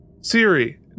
Siri